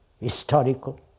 historical